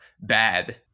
bad